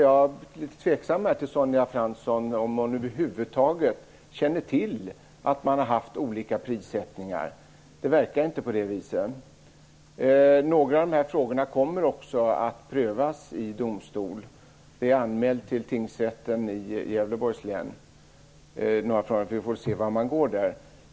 Jag är tveksam till om Sonja Fransson över huvud taget känner till att det har förekommit olika prissättningar. Det verkar inte vara så. Några av dessa frågor kommer att prövas i domstol och är anmälda till tingsrätten i Gävleborgs län. Vi får se hur det går där.